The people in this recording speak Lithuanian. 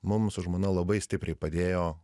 mum su žmona labai stipriai padėjo